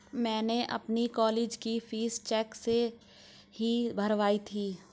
मैंने अपनी कॉलेज की फीस चेक से ही भरवाई थी